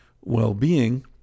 well-being